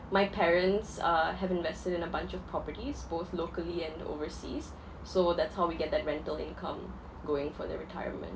my parents are have invested in a bunch of properties both locally and overseas so that's how we get that rental income going for their retirement